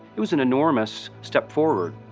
it was an enormous step forward.